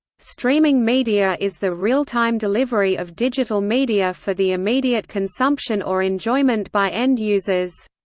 streaming media is the real-time delivery of digital media for the immediate consumption or enjoyment by end users.